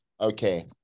okay